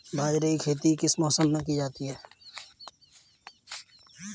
बाजरे की खेती किस मौसम में की जाती है?